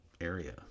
area